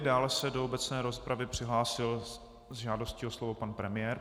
Dále se do obecné rozpravy přihlásil s žádostí o slovo pan premiér.